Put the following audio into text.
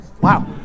Wow